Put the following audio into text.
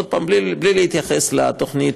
עוד פעם, בלי להתייחס לתוכנית,